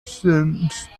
sense